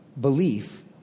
belief